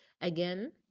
again